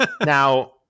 Now